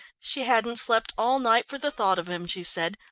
she hadn't slept all night for the thought of him, she said,